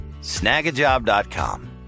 Snagajob.com